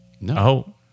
No